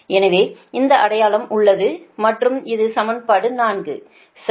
எனவே அந்த அடையாளம் உள்ளது மற்றும் இது சமன்பாடு 4 சரி